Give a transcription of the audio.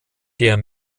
der